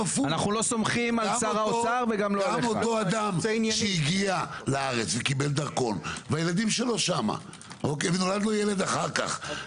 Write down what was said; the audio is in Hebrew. גם האדם שהגיע לארץ וקיבל דרכון והילדים שלו שם ונולד לו ילד אחר כך,